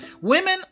Women